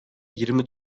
yirmi